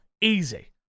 easy